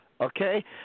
Okay